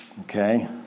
okay